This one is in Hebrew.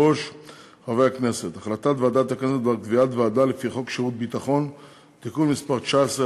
חוק לתיקון פקודת העיריות, שידור ישיבות מועצה.